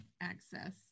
access